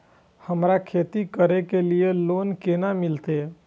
हमरा खेती करे के लिए लोन केना मिलते?